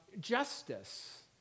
justice